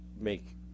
make